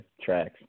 tracks